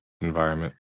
environment